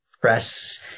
press